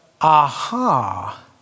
aha